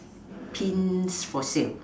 pints for sale